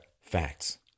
facts